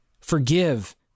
forgive